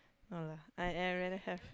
no lah I I rather have